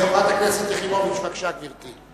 חברת הכנסת יחימוביץ, בבקשה, גברתי.